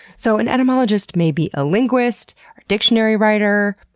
so an etymologist may be a linguist, a dictionary writer,